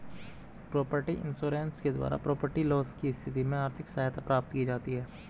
property insurance के द्वारा property loss की स्थिति में आर्थिक सहायता प्राप्त की जाती है